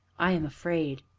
i am afraid!